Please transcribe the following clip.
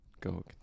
go